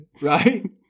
right